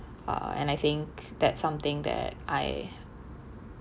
uh and I think that something that I